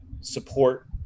support